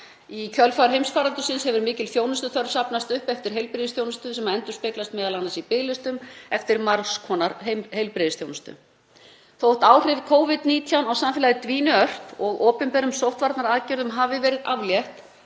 Í kjölfar heimsfaraldursins hefur mikil þjónustuþörf safnast upp eftir heilbrigðisþjónustu sem endurspeglast m.a. í biðlistum eftir margs konar heilbrigðisþjónustu. Þótt áhrif Covid-19 á samfélagið dvíni ört og opinberum sóttvarnaaðgerðum hafi verið aflétt